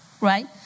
Right